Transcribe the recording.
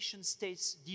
states